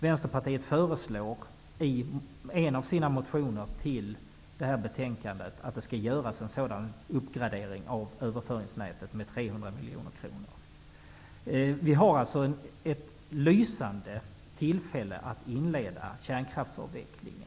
Vänsterpartiet föreslår i en av sina motioner till betänkandet att det skall ske en sådan uppgradering av överföringsnätet med 300 miljoner kronor. Vi har alltså ett lysande tillfälle att inleda kärnkraftsavvecklingen.